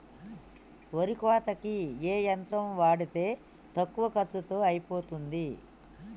వరి కోతకి ఏ యంత్రం వాడితే తక్కువ ఖర్చులో అయిపోతుంది?